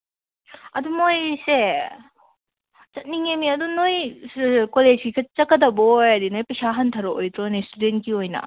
ꯑꯗꯨ ꯃꯣꯏꯁꯦ ꯆꯠꯅꯤꯡꯉꯦꯃꯤ ꯑꯗꯨ ꯅꯣꯏ ꯀꯣꯂꯦꯖꯀꯤ ꯆꯠꯀꯗꯕ ꯑꯣꯏꯔꯗꯤ ꯅꯣꯏ ꯄꯩꯁꯥ ꯍꯟꯊꯔꯛꯑꯣꯏꯗ꯭ꯔꯣꯅꯦ ꯏꯁꯇꯨꯗꯦꯟꯀꯤ ꯑꯣꯏꯅ